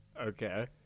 okay